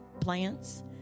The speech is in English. plants